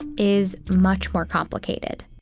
is much more complicated.